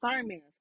sermons